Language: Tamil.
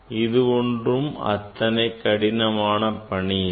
இது ஒன்றும் அத்தனை கடினமான பணி இல்லை